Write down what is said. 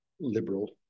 liberal